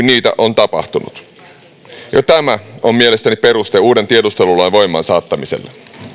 niitä on tapahtunut jo tämä on mielestäni peruste uuden tiedustelulain voimaansaattamiselle